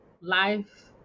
life